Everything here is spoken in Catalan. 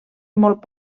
mot